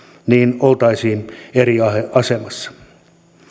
niin oltaisiin eri asemassa